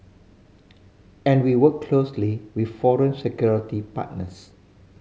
and we work closely with foreign security partners